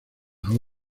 ahora